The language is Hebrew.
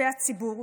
כספי הציבור,